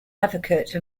advocate